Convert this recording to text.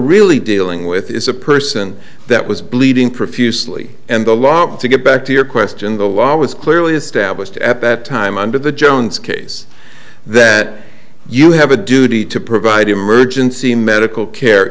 really dealing with is a person that was bleeding profusely and a lot to get back to your question the law was clearly established at that time under the jones case that you have a duty to provide emergency medical care